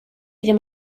ddim